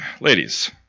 Ladies